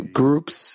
groups